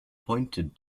pointed